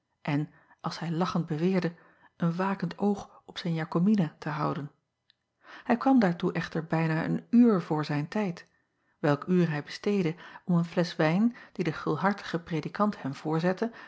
en als hij lachend beweerde een wakend oog op zijn akomina te houden ij kwam daartoe echter bijna een uur voor zijn tijd welk uur hij besteedde om een flesch wijn dien de gulhartige predikant hem voorzette